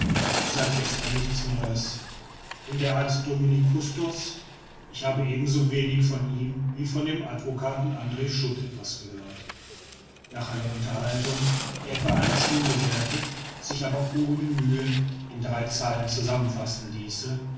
seit gestern nichts neues und der arzt dominique custos ich habe ebenso wenig von ihm wie von dem advocaten andr schut etwas gehört nach einer unterhaltung die etwa eine stunde währte sich aber ohne mühe in drei zeilen zusammenfassen ließe